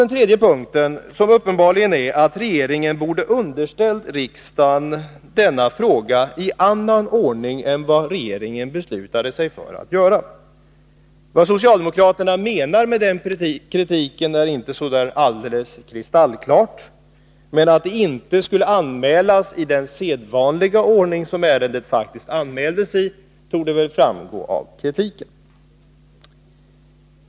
Den tredje punkten är uppenbarligen att regeringen borde ha underställt riksdagen denna fråga i annan ordning än vad regeringen beslutade sig för att göra. Vad socialdemokraterna menar med denna kritik är inte alldeles kristallklart, men att ärendet inte skulle anmälas i den sedvanliga ordning som det faktiskt anmäldes i framgår av kritiken.